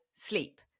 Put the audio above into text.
sleep